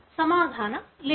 సమాధానం లేదు